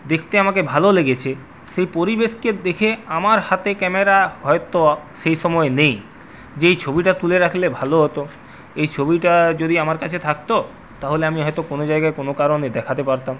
দেখতে আমাকে ভালো লেগেছে সেই পরিবেশকে দেখে আমার হাতে ক্যামেরা হয়তো সেই সময় নেই যে এই ছবিটা তুলে রাখলে ভালো হত এই ছবিটা যদি আমার কাছে থাকতো তাহলে আমি হয়তো কোনো জায়গায় কোনো কারণে দেখাতে পারতাম